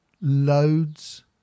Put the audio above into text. loads